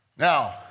Now